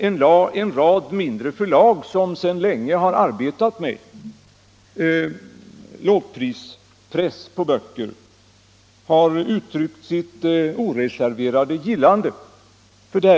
En rad mindre förlag, som sedan länge har arbetat med lågprispress på böcker, har uttryckt sitt oreserverade gillande av förslaget.